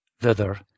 thither